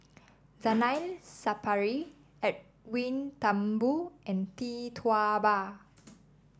Zainal Sapari Edwin Thumboo and Tee Tua Ba